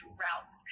routes